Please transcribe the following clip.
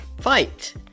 fight